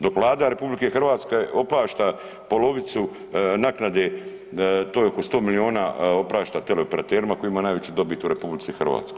Dok Vlada RH oprašta polovicu naknade to je oko sto milijuna oprašta tele operaterima koji imaju najveću dobit u RH.